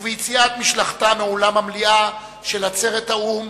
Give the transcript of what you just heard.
וביציאת משלחתה מאולם המליאה של עצרת האו"ם